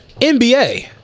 NBA